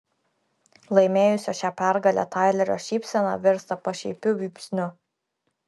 laimėjusio šią pergalę tailerio šypsena virsta pašaipiu vypsniu